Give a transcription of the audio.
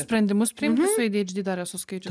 sprendimus priimti su adhd dar esu skaičiusi